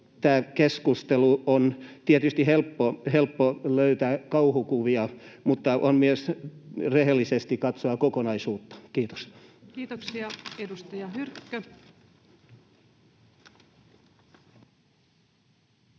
Tässä keskustelussa on tietysti helppo löytää kauhukuvia, mutta on myös rehellisesti katsottava kokonaisuutta. — Kiitos. [Speech 201]